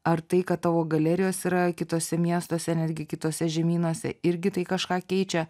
ar tai kad tavo galerijos yra kituose miestuose netgi kitose žemynuose irgi tai kažką keičia